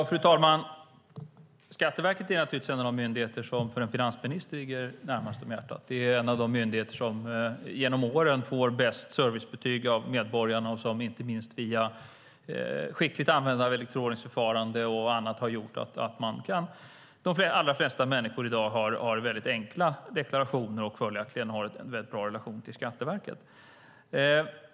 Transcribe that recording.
Fru talman! Skatteverket är naturligtvis en av de myndigheter som ligger närmast hjärtat för en finansminister. Det är en av de myndigheter som genom åren fått bäst servicebetyg av medborgarna. Inte minst via skickligt elektroniskt förfarande och annat har de allra flesta människor i dag väldigt enkla deklarationer. Och följaktligen har de en väldigt bra relation till Skatteverket.